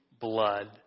blood